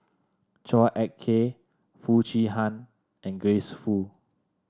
Chua Ek Kay Foo Chee Han and Grace Fu